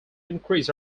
increase